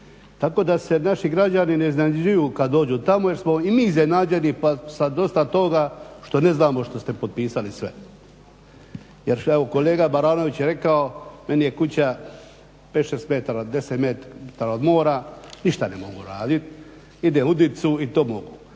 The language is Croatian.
tako da se naši građani ne iznenađuju kad dođu tamo jer smo i mi iznenađeni pa sa dosta toga što ne znamo što ste potpisali sve. Jer šta je kolega Baranović rekao meni je kuća pet, šest metara, deset metara od mora, ništa ne mogu raditi. Idem udicu i to mogu.